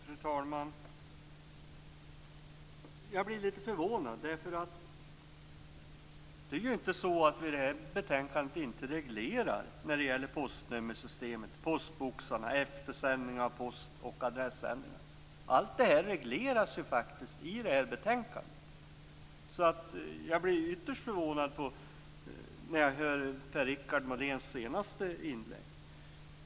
Fru talman! Jag blir lite förvånad. Det är ju inte så att vi i det här betänkandet inte reglerar postnummersystemet, postboxarna, eftersändningen av post och adressändringarna. Allt det här regleras faktiskt i detta betänkande. Jag blev ytterst förvånad när jag hörde Per-Richard Moléns senaste inlägg.